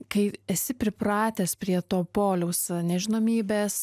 kai esi pripratęs prie to poliaus nežinomybės